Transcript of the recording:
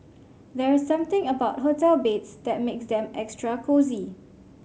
there's something about hotel beds that makes them extra cosy